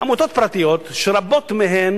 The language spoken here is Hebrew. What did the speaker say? עמותות פרטיות, שרבות מהן